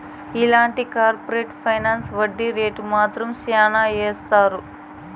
ఇలాంటి corporate finance వడ్డీ rate మాత్రం శ్యానా ఏత్తారు